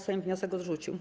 Sejm wniosek odrzucił.